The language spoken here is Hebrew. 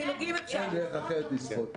אין דרך אחרת לשרוד.